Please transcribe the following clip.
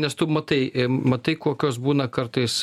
nes tu matai matai kokios būna kartais